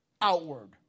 outward